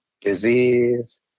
disease